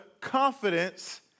confidence